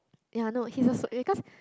ya I know he was is because